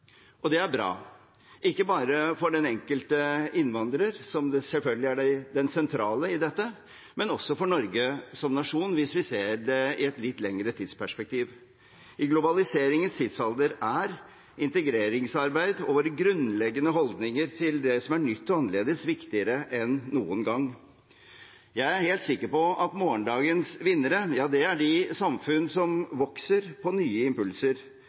Det er bra, ikke bare for den enkelte innvandrer, som selvfølgelig er den sentrale i dette, men også for Norge som nasjon, hvis vi ser det i et litt lengre tidsperspektiv. I globaliseringens tidsalder er integreringsarbeid og våre grunnleggende holdninger til det som er nytt og annerledes, viktigere enn noen gang. Jeg er helt sikkert på at morgendagens vinnere er de samfunn som vokser på nye impulser,